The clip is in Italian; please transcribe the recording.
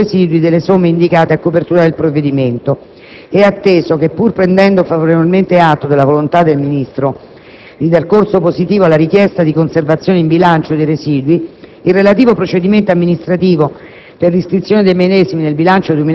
derivanti dalla conservazione in conto residui delle somme indicate a copertura del provvedimento e atteso che, pur prendendo favorevolmente atto della volontà del Ministro di dar corso positivo alla richiesta di conservazione in bilancio dei residui, il relativo procedimento amministrativo